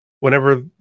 Whenever